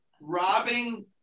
robbing